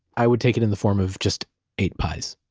i would take it in the form of just eight pies.